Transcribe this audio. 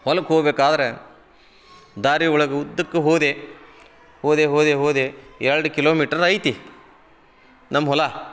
ಹೊಲಕ್ಕೆ ಹೋಗ್ಬೇಕಾದರೆ ದಾರಿ ಒಳಗ ಉದ್ದಕ್ಕೆ ಹೋದೆ ಹೋದೆ ಹೋದೆ ಹೋದೆ ಎರಡು ಕಿಲೋಮೀಟ್ರದು ಐತಿ ನಮ್ಮ ಹೊಲ